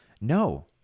No